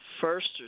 first